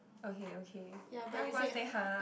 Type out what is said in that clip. okay okay then I'm gonna say !huh!